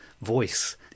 voice